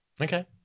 Okay